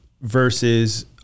versus